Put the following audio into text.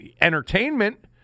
entertainment